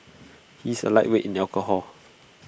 he is A lightweight in alcohol